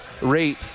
rate